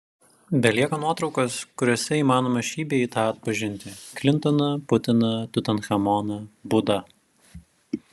belieka nuotraukos kuriose įmanoma šį bei tą atpažinti klintoną putiną tutanchamoną budą